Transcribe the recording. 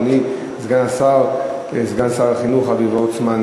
אדוני סגן שר החינוך אבי וורצמן,